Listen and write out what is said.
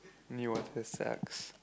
Newater sucks